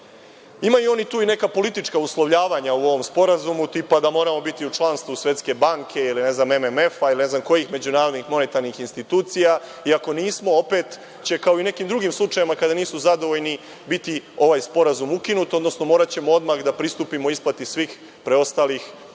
oni tu i neka politička uslovljavanja u ovom sporazumu, tipa da moramo biti u članstvu Svetske banke ili, ne znam, MMF-a i ne znam kojih međunarodnih monetarnih institucija, i ako nismo, opet će, kao u nekim drugim slučajevima, kada nisu zadovoljni, ovaj sporazum biti ukinut, odnosno moraćemo odmah da pristupimo isplati svih preostalih rata